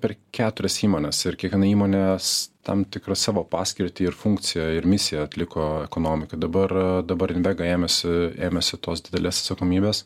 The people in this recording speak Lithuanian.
per keturias įmones ir kiekviena įmonės tam tikrą savo paskirtį ir funkciją ir misiją atliko ekonomikai dabar dabar invega ėmėsi ėmėsi tos didelės atsakomybės